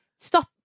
Stop